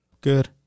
good